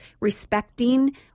respecting